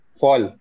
fall